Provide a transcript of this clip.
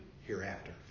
hereafter